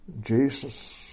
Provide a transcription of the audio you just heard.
Jesus